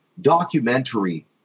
documentary